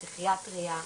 פסיכיאטריה,